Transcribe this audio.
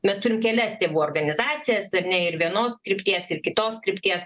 mes turim kelias tėvų organizacijas ar ne ir vienos krypties ir kitos kryptie